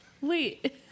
Wait